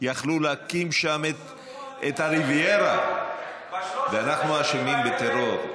יכלו להקים שם את הריוויירה, ואנחנו אשמים בטרור.